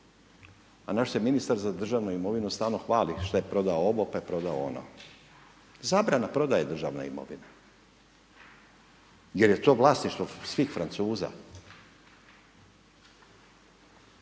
a naš se ministar za državnu imovinu stalno hvali što je prodao ovo, pa je prodao ono. Zabrana prodaje državne imovine jer je to vlasništvo svih Francuza.